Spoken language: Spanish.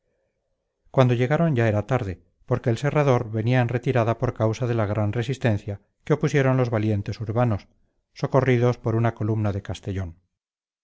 cuando llegaron ya era tarde porque el serrador venía en retirada por causa de la gran resistencia que opusieron los valientes urbanos socorridos por una columna de castellón